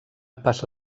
passa